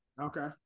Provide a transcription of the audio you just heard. Okay